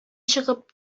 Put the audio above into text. чыгып